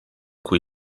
cui